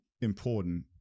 important